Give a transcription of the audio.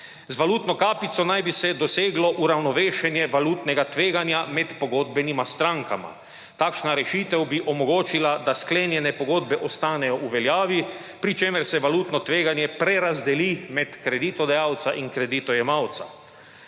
Z valutno kapico naj bi se doseglo uravnovešenje valutnega tveganja med pogodbenima strankama. Takšna rešitev bi omogočila, da sklenjene pogodbe ostanejo v veljavi, pri čemer se valutno tveganja prerazdeli med kreditodajalca in kreditojemalca.